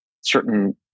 certain